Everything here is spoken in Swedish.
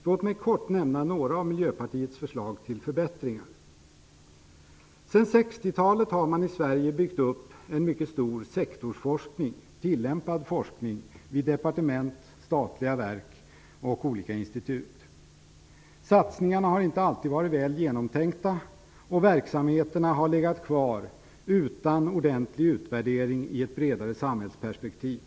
Låt mig kort nämnda några av Miljöpartiets förslag till förbättringar. Sedan 60-talet har man i Sverige byggt upp en mycket stor sektorsforskning, tillämpad forskning vid departement, statliga verk och olika institut. Satsningarna har inte alltid varit väl genomtänkta, och verksamheterna har legat kvar utan ordentlig utvärdering i ett bredare samhällsperspektiv.